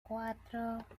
cuatro